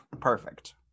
perfect